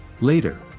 Later